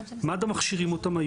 מד"א מכשירים אותם,